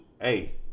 hey